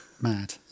Mad